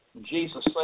Jesus